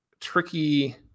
tricky